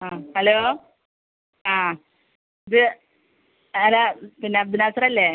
ആ ഹലോ ആ ഇത് ആരാണ് പിന്നെ അബിനാസർ അല്ലേ